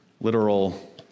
literal